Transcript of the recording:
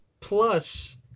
Plus